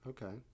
Okay